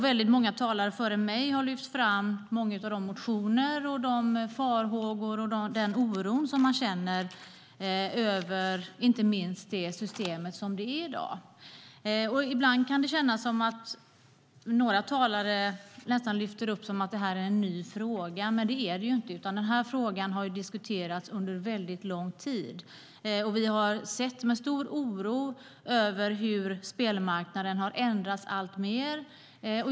Väldigt många talare före mig har lyft fram motioner och inte minst många av de farhågor och den oro som man känner över det system som vi har i dag. Vi har med stor oro sett hur spelmarknaden har förändrats alltmer.